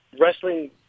wrestling